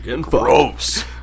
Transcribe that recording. Gross